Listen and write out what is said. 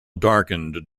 darkened